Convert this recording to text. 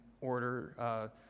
order